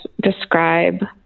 describe